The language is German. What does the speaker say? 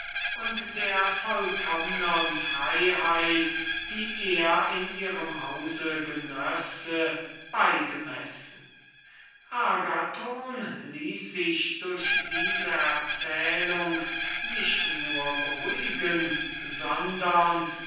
und der vollkommnern freiheit geschrieben die er in ihrem hause hätte agathon ließ sich durch diese erzählung nicht nur beruhigen sondern